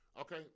Okay